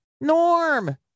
Norm